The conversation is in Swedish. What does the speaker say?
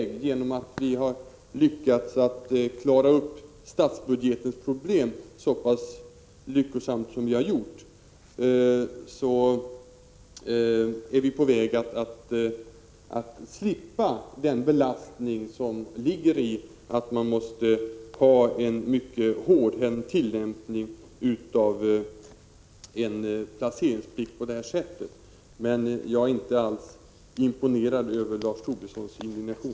Genom att vi har lyckats att klara upp statsbudgetens problem så pass lyckosamt som vi har gjort är vi på väg att slippa den belastning som ligger däri att man måste ha en mycket hårdhänt tillämpning av en placeringsplikt. Jag är som sagt inte alls imponerad över Lars Tobissons indignation.